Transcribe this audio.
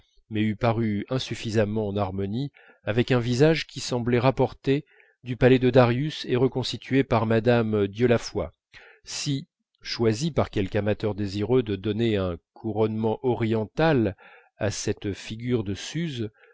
mais eût paru insuffisamment en harmonie avec un visage qui semblait rapporté du palais de darius et reconstitué par mme dieulafoy si choisi par quelque amateur désireux de donner un couronnement oriental à cette figure de suse